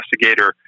investigator